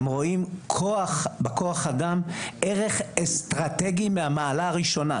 הם רואים בכוח אדם ערך אסטרטגי ממעלה ראשונה,